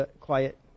quiet